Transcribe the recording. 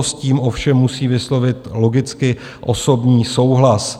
S tím ovšem musí vyslovit logicky osobní souhlas.